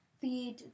feed